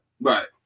Right